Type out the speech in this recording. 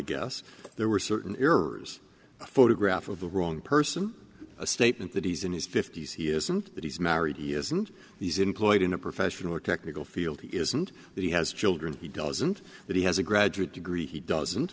guess there were certain errors a photograph of the wrong person a statement that he's in his fifty's he isn't that he's married he isn't these employed in a professional or technical field he isn't that he has children he doesn't that he has a graduate degree he doesn't